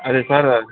అదే సార్